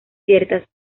ciertas